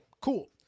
cool